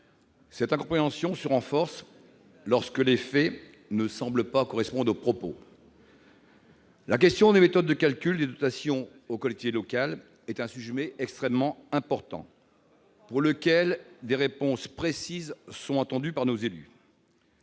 Cette incompréhension se renforce lorsque les faits ne semblent pas correspondre aux propos. La question des méthodes de calcul des dotations aux collectivités locales est un sujet extrêmement important pour lequel des réponses précises sont attendues par nos élus.